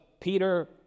Peter